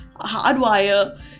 hardwire